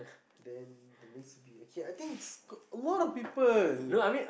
then the next will be okay I think it's a lot of people